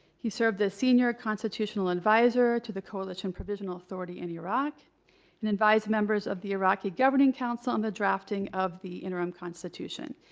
he served as senior constitutional adviser to the coalition provisional authority in iraq and advised members of the iraqi governing council on the drafting of the interim constitution.